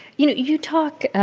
you know, you talk,